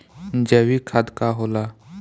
जैवीक खाद का होला?